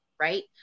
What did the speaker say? right